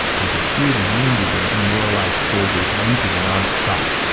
they could hear the wounded and demoralized soldiers weeping nonstop.